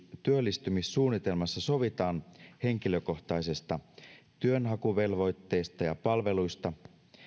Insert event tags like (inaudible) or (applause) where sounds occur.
(unintelligible) työllistymissuunnitelmassa sovitaan henkilökohtaisesta työnhakuvelvoitteista ja palveluista